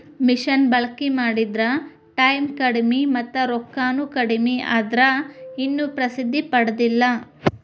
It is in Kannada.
ಮಿಷನ ಬಳಕಿ ಮಾಡಿದ್ರ ಟಾಯಮ್ ಕಡಮಿ ಮತ್ತ ರೊಕ್ಕಾನು ಕಡಮಿ ಆದ್ರ ಇನ್ನು ಪ್ರಸಿದ್ದಿ ಪಡದಿಲ್ಲಾ